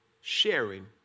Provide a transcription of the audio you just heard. sharing